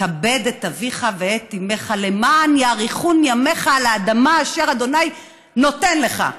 "כבד את אביך ואת אמך למען יארכון ימיך על האדמה" אשר ה' נותן לך.